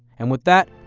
and with that,